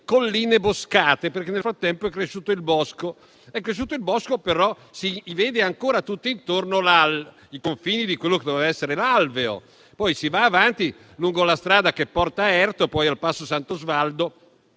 colline boscate, perché nel frattempo è cresciuto il bosco, però si vedono ancora tutt'intorno i confini di quello che doveva essere l'alveo. Poi si va avanti lungo la strada che porta a Erto, fino al passo Sant'Osvaldo,